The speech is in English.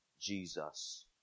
Jesus